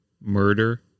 murder